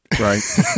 Right